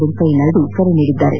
ವೆಂಕಯ್ದನಾಯ್ದು ಕರೆ ನೀಡಿದ್ದಾರೆ